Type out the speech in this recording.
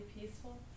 peaceful